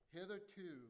hitherto